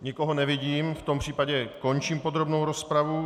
Nikoho nevidím, v tom případě končím podrobnou rozpravu.